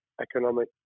economic